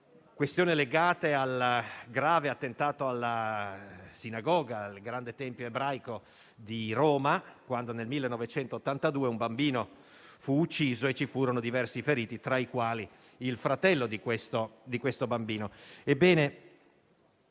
questione legata al grave attentato alla sinagoga, il grande tempio ebraico di Roma, quando nel 1982 un bambino fu ucciso e vi furono diversi feriti, tra i quali il fratello di questo bambino. Ebbene,